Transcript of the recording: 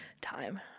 time